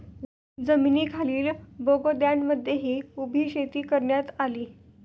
जमिनीखालील बोगद्यांमध्येही उभी शेती करण्यात आली